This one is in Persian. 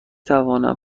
توانم